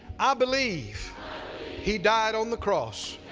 i believe he died on the cross.